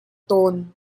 tawn